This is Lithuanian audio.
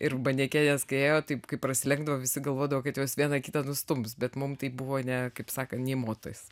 ir manekenės kai ėjo taip kai prasilenkdavo visi galvodavo kad jos viena kitą nustums bet mum tai buvo ne kaip sakant nė motais